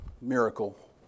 miracle